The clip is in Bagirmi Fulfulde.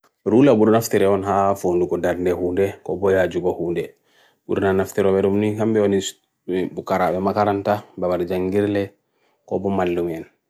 Rula burun aftere on haa phon lu ko darne hunde, ko boya jubo hunde. Burun an aftere on verumni, kambi on is bukara mga karanta, babari jan gere le, ko bu malumien.